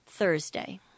thursday